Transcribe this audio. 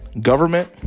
government